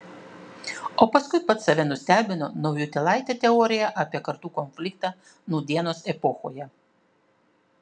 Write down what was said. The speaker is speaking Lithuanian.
o paskui pats save nustebino naujutėlaite teorija apie kartų konfliktą nūdienos epochoje